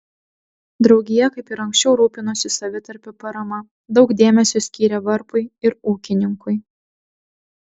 draugija kaip ir anksčiau rūpinosi savitarpio parama daug dėmesio skyrė varpui ir ūkininkui